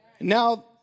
Now